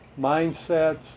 mindsets